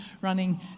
running